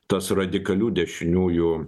tas radikalių dešiniųjų